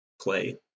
play